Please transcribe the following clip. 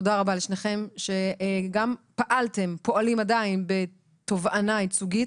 תודה רבה לשניכם שגם פעלתם ופועלים עדיין בתובענה ייצוגית,